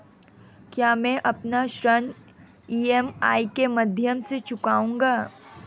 क्या मैं अपना ऋण ई.एम.आई के माध्यम से चुकाऊंगा?